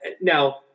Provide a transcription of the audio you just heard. Now